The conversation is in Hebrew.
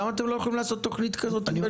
למה אתם לא יכולים לעשות תוכנית כזאת עם בן-גוריון?